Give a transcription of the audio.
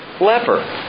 leper